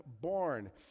born